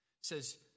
says